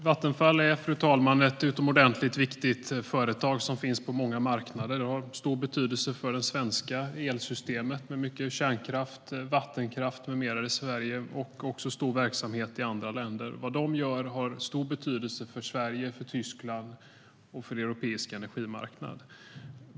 Fru talman! Vattenfall är ett utomordentligt viktigt företag som finns på många marknader. Det har stor betydelse för det svenska elsystemet med mycket kärnkraft, vattenkraft med mera i Sverige, och företaget har stor verksamhet i andra länder. Vad Vattenfall gör har stor betydelse för Sverige, Tyskland och den europeiska energimarknaden.